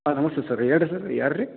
ಹಾಂ ನಮಸ್ತೆ ಸರ್ ಹೇಳ್ರೀ ಯಾರು ರೀ